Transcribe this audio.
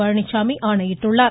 Palaniswami ஆணையிட்டுள்ளார்